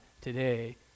today